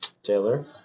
Taylor